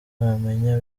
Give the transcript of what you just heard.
wamenya